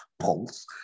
pulse